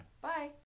bye